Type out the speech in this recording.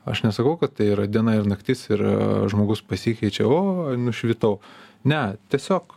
aš nesakau kad tai yra diena ir naktis ir žmogus pasikeičia oi nušvitau ne tiesiog